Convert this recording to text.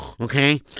okay